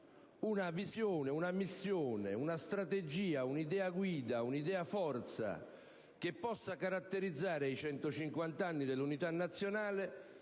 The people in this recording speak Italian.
una visione, una missione, una strategia, un'idea guida, un'idea forza che possa caratterizzare i 150 anni dell'Unità nazionale,